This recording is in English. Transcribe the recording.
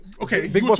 okay